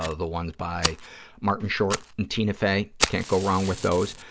ah the ones by martin short and tina fey, can't go wrong with those.